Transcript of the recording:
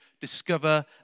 discover